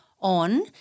on